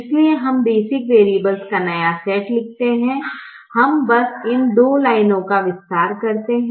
इसलिए हम basic variables का नया सेट लिखते हैं हम बस इन दो लाइनों का विस्तार करते हैं